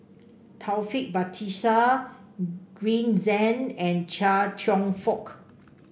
Taufik Batisah Green Zeng and Chia Cheong Fook